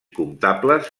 comptables